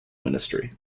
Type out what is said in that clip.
ministry